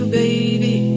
baby